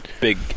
Big